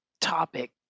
topic